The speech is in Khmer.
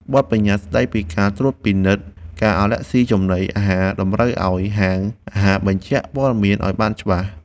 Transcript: បទប្បញ្ញត្តិស្ដីពីការត្រួតពិនិត្យការអាឡែស៊ីចំណីអាហារតម្រូវឱ្យហាងអាហារបញ្ជាក់ព័ត៌មានឱ្យបានច្បាស់។